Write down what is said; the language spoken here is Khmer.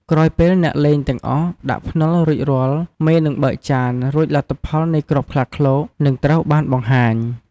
ក្រោយពេលអ្នកលេងទាំងអស់ដាក់ភ្នាល់រួចរាល់ មេនឹងបើកចានរួចលទ្ធផលនៃគ្រាប់ខ្លាឃ្លោកនឹងត្រូវបានបង្ហាញ។